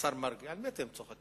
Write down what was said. השר מרגי, על מי אתם צוחקים?